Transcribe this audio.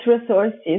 resources